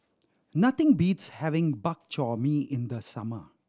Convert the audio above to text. nothing beats having Bak Chor Mee in the summer